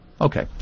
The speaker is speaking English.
Okay